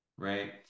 Right